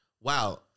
wow